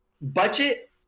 budget